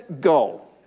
go